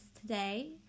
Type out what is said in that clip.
today